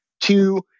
Two